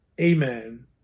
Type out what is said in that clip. amen